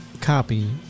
copy